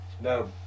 No